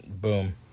boom